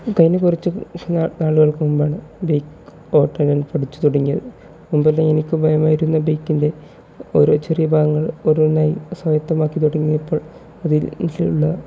കഴിഞ്ഞ കുറച്ചു നാ നാളുകൾക്കു മുമ്പാണ് ബൈക്ക് ഓട്ടുന്നത് ഞാൻ പഠിച്ചു തുടങ്ങിയത് മുമ്പെല്ലാം എനിക്ക് ഭയമായിരുന്നു ബേക്കിൻ്റെ ഓരോ ചെറിയ ഭാഗങ്ങൾ ഓരോന്നായി സ്വായത്തമാക്കി തുടങ്ങിയപ്പോൾ അതിനുള്ള